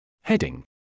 Heading